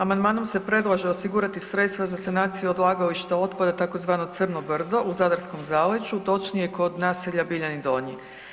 Amandmanom se predlaže osigurati sredstva za sanaciju odlagališta otpada tzv. crno brdo u zadarskom zaleđu točnije kod naselja Biljani Donji.